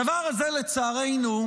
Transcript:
הדבר הזה, לצערנו,